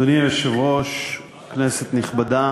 אדוני היושב-ראש, כנסת נכבדה,